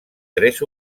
tres